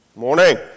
morning